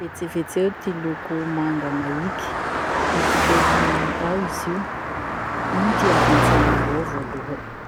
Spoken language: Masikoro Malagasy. Vetsivetseo ty loko manga maiky. Midika ino amy ao izy io? Ino ty avy antsainao ao voaloha e?